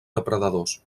depredadors